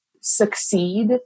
succeed